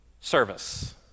service